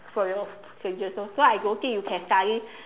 from your plastic surgeon so so I don't think you can study